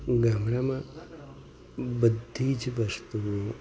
ગામડામાં બધી જ વસ્તુઓ